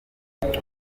ubundi